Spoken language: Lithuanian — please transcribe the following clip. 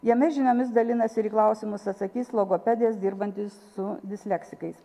jame žiniomis dalinasi ir į klausimus atsakys logopedės dirbantys su disleksikais